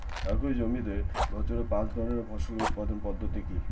একই জমিতে বছরে পাঁচ ধরনের ফসল উৎপাদন পদ্ধতি কী?